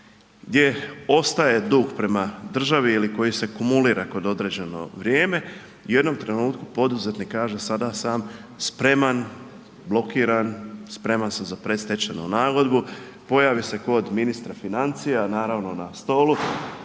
gdje ostaje dug prema državi ili koji se kumulira kroz određeno vrijeme i u jednom trenutku poduzetnik kaže, sada sam spreman, blokiran, spreman sam za predstečajnu nagodbu. Pojave se kod ministra financija, naravno, na stolu